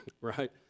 right